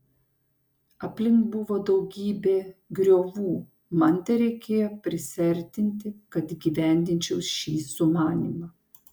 aplink buvo daugybė griovų man tereikėjo prisiartinti kad įgyvendinčiau šį sumanymą